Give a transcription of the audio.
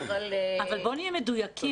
אבל בואי נהיה מדויקים,